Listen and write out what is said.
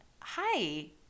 Hi